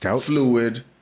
fluid